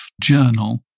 journal